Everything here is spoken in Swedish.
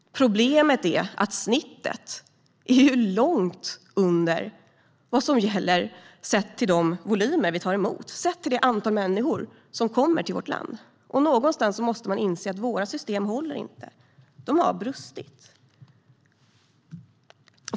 Problemet är att snittet är långt under vad som gäller sett till de volymer vi tar emot, sett till det antal människor som kommer till vårt land. Man måste inse att våra system inte håller. De har brustit.